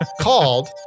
called